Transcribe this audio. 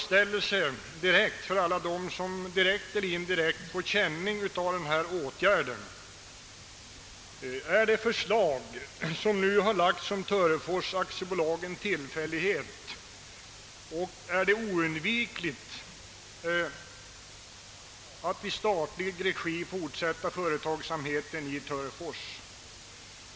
Alla som direkt eller indirekt får känning av denna åtgärd frågar sig då: Är det förslag som nu framlagts om Törefors AB en tillfällighet och är det omöjligt att i statlig regi fortsätta företagsamheten i Törefors?